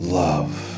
love